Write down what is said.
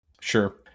Sure